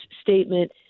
statement